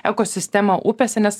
ekosistemą upėse nes